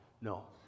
No